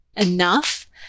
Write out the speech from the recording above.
enough